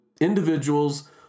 individuals